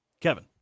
Kevin